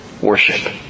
Worship